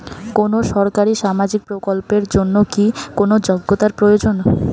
কোনো সরকারি সামাজিক প্রকল্পের জন্য কি কোনো যোগ্যতার প্রয়োজন?